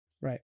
Right